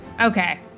Okay